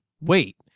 Wait